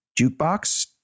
jukebox